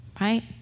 right